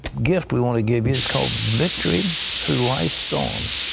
gift we want to give you. it's called victory through life's storms.